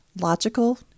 logical